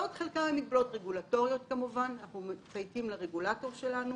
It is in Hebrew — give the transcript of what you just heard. חלק מהמגבלות הן מגבלות רגולטוריות - אנחנו מצייתים לרגולטור שלנו